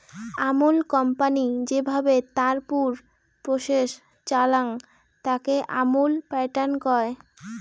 Amul company যেভাবে তার পুর প্রসেস চালাং, তাকে আমুল প্যাটার্ন কয়